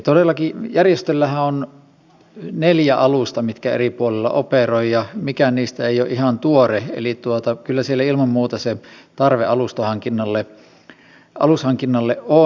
todellakin järjestöllähän on neljä alusta mitkä eri puolilla operoivat ja mikään niistä ei ole ihan tuore eli kyllä siellä ilman muuta se tarve alushankinnalle on